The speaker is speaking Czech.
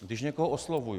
Když někoho oslovuji.